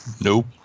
Nope